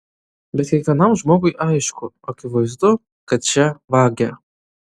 bet kiekvienam žmogui aišku akivaizdu kad čia vagia